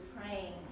praying